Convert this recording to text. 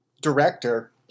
director